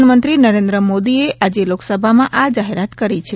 પ્રધાનમંત્રી નરેન્દ્ર મોદીએ આજે લોકસભામાં આ જાહેરાત કરી છે